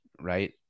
right